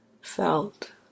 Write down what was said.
felt